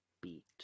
beat